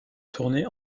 tournée